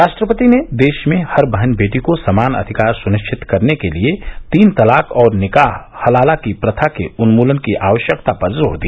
राष्ट्रपति ने देश में हर बहन बेटी को समान अधिकार सुनिश्चित करने के लिए तीन तलाक और निकाह हलाला की प्रथा के उन्मूलन की आवश्यकता पर जोर दिया